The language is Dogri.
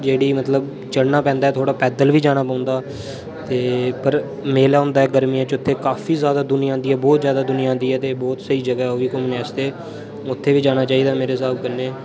जेहड़ी मतलब चढ़ना पैदा थोह्ड़ा पैदल बी जाना पौंदा ते पर मेला होंदा गर्मियें च उत्थे काफी ज्यादा दुनिया आंदी ऐ बोह्त ज्यादा दुनिया आंदी ऐ ते बोह्त स्हेई जगहा ऐ उब्बी घूमने आस्तै उत्थे बी जाना चाहिदा मेरे स्हाब कन्ने